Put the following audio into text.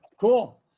Cool